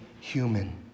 human